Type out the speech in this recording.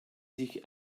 sich